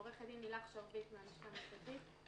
עו"ד לילך שרביט, מהלשכה המשפטית.